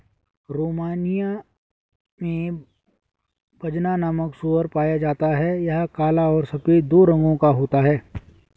Romania में बजना नामक सूअर पाया जाता है यह काला और सफेद दो रंगो का होता है